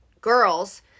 girls